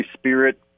Spirit